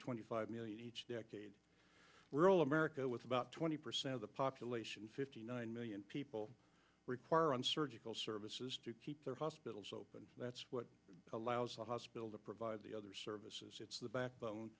twenty five million each decade we're all america with about twenty percent of the population fifty nine million people require on surgical services to keep their hospitals open that's what allows the hospital to provide the other services it's the backbone